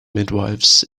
midwifes